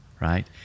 Right